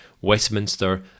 Westminster